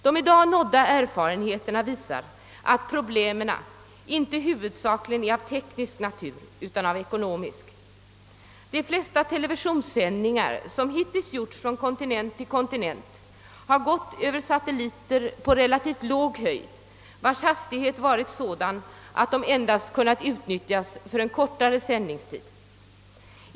De i dag nådda erfarenheterna visar att problemen inte längre är av huvudsakligen teknisk natur utan av ekonomisk. De flesta televisionssändningar som hittills gjorts från kontinent till kontinent har gått över satelliter på relativt låg höjd, vilkas hastighet varit sådan att de endast kunnat utnyttjas för en kortare sändningstid.